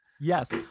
Yes